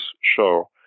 Show